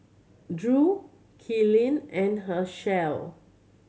Drew Kylene and Hershell